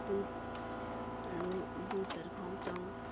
दुधहरू दुधहरू खुवाउँछौँ